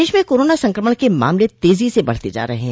प्रदेश में कोरोना संक्रमण के मामले तेजी से बढ़ते जा रहे है